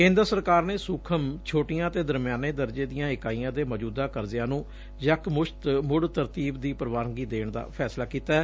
ਕੇਂਦਰ ਸਰਕਾਰ ਨੇ ਸੂਖਮ ਛੋਟੀਆਂ ਅਤੇ ਦਰਮਿਆਨੇ ਦਰਜੇ ਦੀਆਂ ਇਕਾਈਆਂ ਦੇ ਮੌਜੂਦਾ ਕਰਜ਼ਿਆ ਨੂੰ ਇਕ ਵਾਰ ਮੁੜ ਤਰਤੀਬ ਦੀ ਪ੍ਵਾਨਗੀ ਦੇਣ ਦਾ ਫੈਸਲਾ ਕੀਤੈ